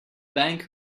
bank